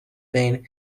been